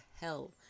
hell